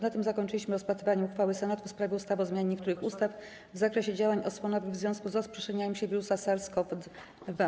Na tym zakończyliśmy rozpatrywanie uchwały Senatu w sprawie ustawy o zmianie niektórych ustaw w zakresie działań osłonowych w związku z rozprzestrzenianiem się wirusa SARS-CoV-2.